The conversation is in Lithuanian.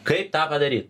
kaip tą padaryt